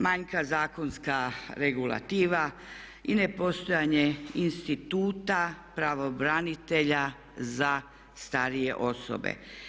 Manjka zakonska regulativa i nepostojanje instituta pravobranitelja za starije osobe.